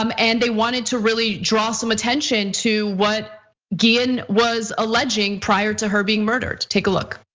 um and they wanted to really draw some attention to what guillen was alleging prior to her being murdered. take a look.